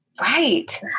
Right